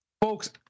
Folks